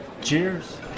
Cheers